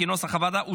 כנוסח הוועדה,